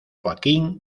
joaquín